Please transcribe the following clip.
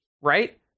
right